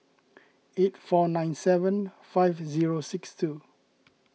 eight four nine seven five zero six two